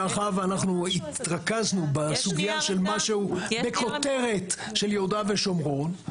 מאחר ואנחנו התרכזנו בסוגייה של מה שהוא בכותרת של יהודה ושומרון,